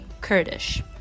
Kurdish